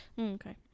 Okay